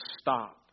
stop